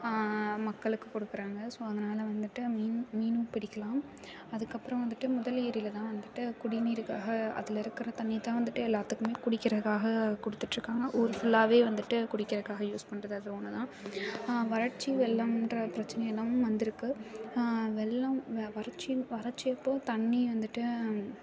மக்களுக்கு கொடுக்குறாங்க ஸோ அதனால வந்துட்டு மீன் மீனும் பிடிக்கலாம் அதுக்கப்புறம் வந்துட்டு முதல் ஏரியில் தான் வந்துட்டு குடிநீருக்காக அதில் இருக்கிற தண்ணியை தான் வந்துட்டு எல்லாத்துக்கும் குடிக்குறதுக்காக கொடுத்துட்ருக்காங்க ஊர் ஃபுல்லாகவே வந்துட்டு குடிக்குறதுக்காக யூஸ் பண்ணுறது அது ஒன்று தான் வறட்சி வெள்ளம்ன்ற பிரச்சனை எல்லாம் வந்திருக்கு வெள்ளம் வறட்சினு வறட்சி அப்போது தண்ணி வந்துட்டு